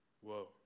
whoa